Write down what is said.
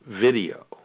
video